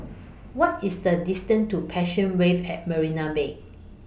What IS The distance to Passion Wave At Marina Bay